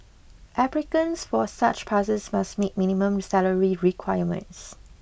applicants for such passes must meet minimum salary requirements